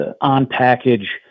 on-package